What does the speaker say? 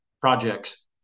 projects